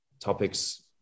topics